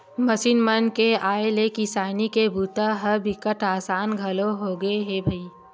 machine मन के आए ले किसानी के बूता ह बिकट असान घलोक होगे हे भईर